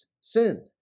sin